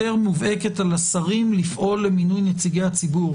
מובהקת על השרים לפעול למינוי נציגי הציבור,